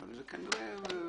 זו בדיוק